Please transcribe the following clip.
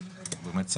אני באמת שמח.